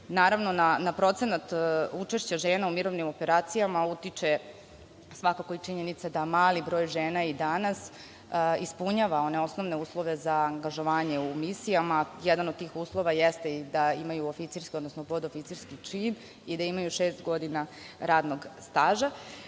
Naravno, na procenat učešća žena u mirovnim operacijama utiče svakako i činjenica da mali broj žena i danas ispunjava one osnovne uslove za angažovanje u misijama. Jedan od tih uslova jeste i da imaju oficirski, odnosno podoficirski čin i da imaju šest godina radnog